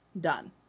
done